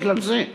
בגלל זה.